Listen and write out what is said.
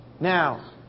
Now